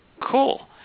cool